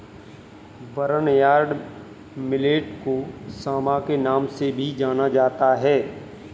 barnyard millet को सांवा के नाम से भी जाना जाता है